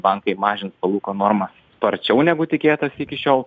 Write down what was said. bankai mažins palūkanų normas sparčiau negu tikėtasi iki šiol